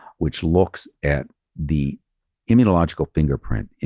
which looks at the immunological fingerprint,